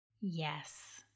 Yes